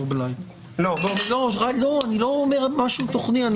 אני לא אומר משהו תוכני.